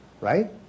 right